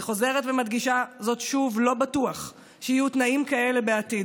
אני חוזרת ומדגישה זאת שוב: לא בטוח שיהיו תנאים כאלה בעתיד.